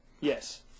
Yes